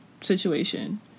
situation